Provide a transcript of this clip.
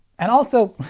and also,